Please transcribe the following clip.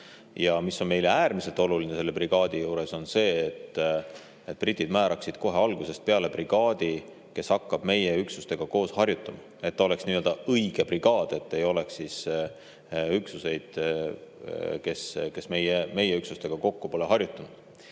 Ja mis on meile äärmiselt oluline selle brigaadi juures, on see, et britid määraksid kohe algusest peale brigaadi, kes hakkab meie üksustega koos harjutama, et ta oleks nii-öelda õige brigaad, et ei oleks üksuseid, kes meie üksustega kokku pole harjutanud. Teiseks,